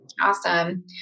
Awesome